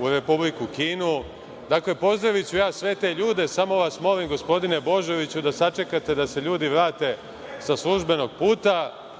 u Republiku Kinu. Dakle, pozdraviću ja sve te ljude, samo vas molim, gospodine Božoviću, da sačekate da se ljudi vrate sa službenog puta,